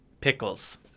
pickles